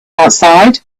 outside